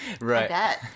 right